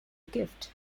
gift